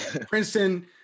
princeton